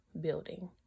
building